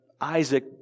Isaac